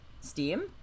Steam